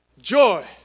joy